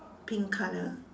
pink color